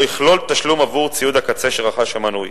לא יכלול תשלום עבור ציוד הקצה שרכש המנוי,